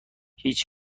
هیچ